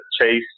Chase